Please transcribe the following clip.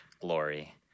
glory